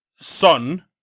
Son